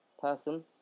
person